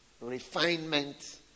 refinement